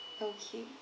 okay